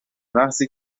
محضی